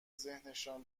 ذهنشان